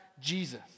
Jesus